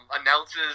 announces